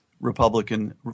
Republican